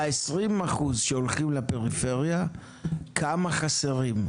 ב-20% שהולכים לפריפריה כמה חסרים?